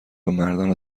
مردان